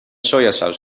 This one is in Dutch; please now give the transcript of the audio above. sojasaus